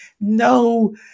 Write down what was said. no